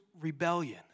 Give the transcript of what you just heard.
rebellion